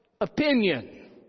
opinion